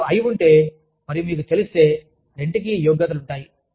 మీరు ఐ ఉంటే మరియు మీకు తెలిస్తే రెంటికి యోగ్యతలు ఉంటాయి